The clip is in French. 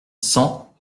cent